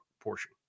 portion